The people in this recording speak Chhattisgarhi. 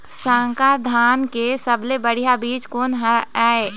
संकर धान के सबले बढ़िया बीज कोन हर ये?